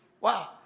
Wow